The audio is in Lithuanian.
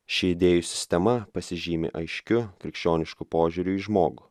ši idėjų sistema pasižymi aiškiu krikščionišku požiūriu į žmogų